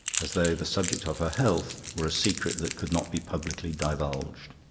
as though the subject of her health were a secret that could not be publicly divulged.